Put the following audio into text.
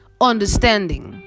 understanding